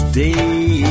day